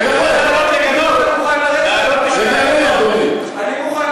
אני מוכן